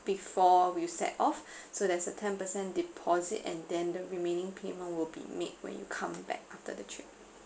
before we'll set off so there's a ten percent deposit and then the remaining payment will be made when you come back after the trip